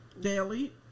daily